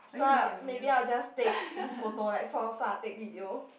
so I maybe I will just take his photo like from afar take video